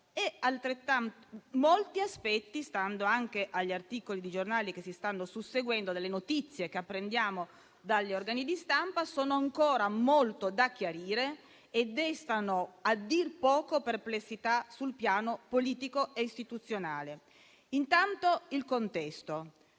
Molti aspetti, stando anche agli articoli di giornale che si stanno susseguendo e dalle notizie che apprendiamo dagli organi di stampa, sono ancora molto da chiarire e destano, a dir poco, perplessità sul piano politico e istituzionale. Consideriamo intanto il contesto: